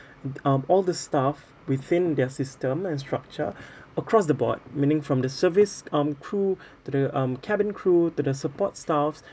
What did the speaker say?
um all the staff within their system and structure across the board meaning from the service um crew to the um cabin crew to the support staffs